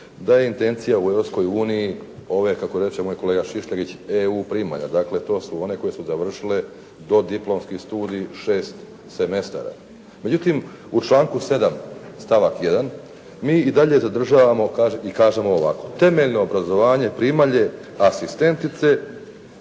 da je intencija u Europskoj uniji ove kako reče moj kolega Šišljagić, EU primalja, dakle to su one koje su završile dodiplomski studij 6 semestara. Međutim, u članku 7. stavak 1. mi i dalje zadržavamo i kažemo ovako. Temeljno obrazovanje primalje asistentice